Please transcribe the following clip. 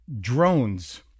drones